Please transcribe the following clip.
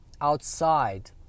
outside